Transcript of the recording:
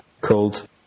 called